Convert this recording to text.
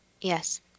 Yes